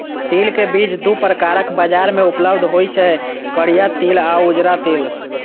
तिल के बीज दू प्रकारक बाजार मे उपलब्ध होइ छै, करिया तिल आ उजरा तिल